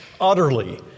utterly